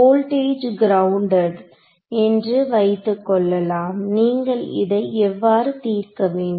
voltage grounded என்று வைத்துக் கொள்ளலாம் நீங்கள் இதை இவ்வாறு தீர்க்க வேண்டும்